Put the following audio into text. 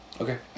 okay